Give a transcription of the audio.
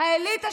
האליטה,